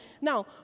Now